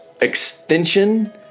extension